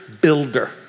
builder